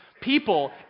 People